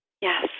Yes